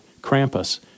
Krampus